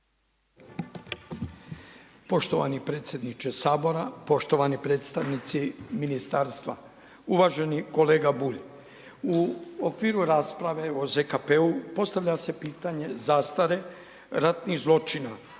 Poštovani predsjedniče Sabora, poštovani predstavnici ministarstva. Uvaženi kolega Bulj. U okviru rasprave o ZKP-u postavlja se pitanje zastare ratnih zločina,